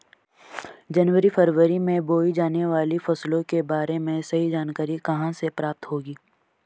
जनवरी फरवरी में बोई जाने वाली फसलों के बारे में सही जानकारी कहाँ से प्राप्त होगी?